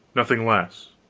nothing less.